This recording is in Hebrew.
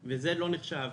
זה לא נחשב